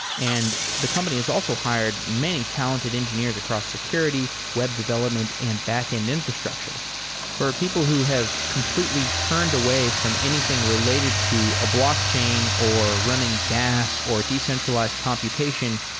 and the company has also hired many talented engineers across security, web development and backend infrastructure for people who have completely turned away from anything related to a blockchain or running gas or decentralized computation,